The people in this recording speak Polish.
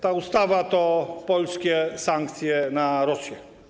Ta ustawa to polskie sankcje na Rosję.